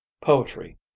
Poetry